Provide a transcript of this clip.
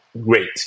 great